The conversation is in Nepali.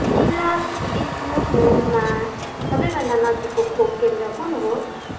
जिल्ला विष्णुपुरमा सबभन्दा नजिकको खोप केन्द्र कुन हो